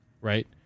right